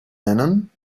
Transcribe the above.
nennen